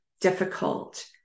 difficult